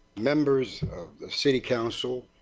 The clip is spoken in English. members city council,